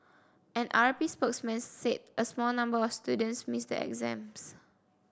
an R P spokesman said a small number of students missed the exams